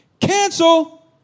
cancel